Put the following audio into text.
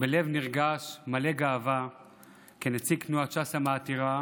בלב נרגש מלא גאווה כנציג תנועת ש"ס המעטירה,